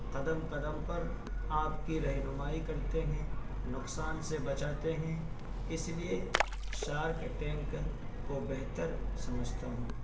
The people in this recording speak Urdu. قدم قدم پر آپ کی رہنمائی کرتے ہیں نقصان سے بچاتے ہیں اس لیے شارک ٹینک کو بہتر سمجھتا ہوں